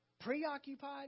preoccupied